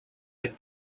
had